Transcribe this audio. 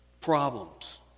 problems